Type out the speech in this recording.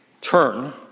turn